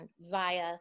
via